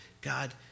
God